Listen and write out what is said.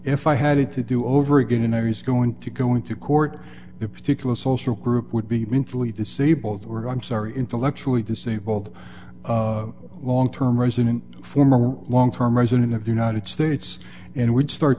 if i had it to do over again and there is going to go into court a particular social group would be mentally disabled or i'm sorry intellectually disabled long term resident former long term resident of the united states and would start